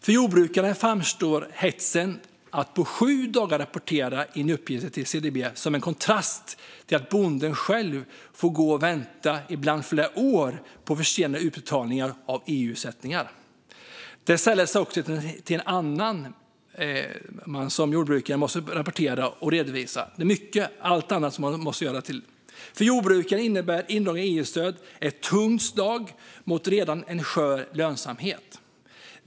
För jordbrukaren framstår hetsen att på 7 dagar rapportera in uppgifterna till CDB som en kontrast till att bonden själv får gå och vänta, ibland i flera år, på försenade utbetalningar av EU-ersättningar. Det läggs också till allt annat man som jordbrukare måste rapportera och redovisa, vilket är mycket. För jordbrukaren innebär indragna EU-stöd ett tungt slag mot en redan skör lönsamhet.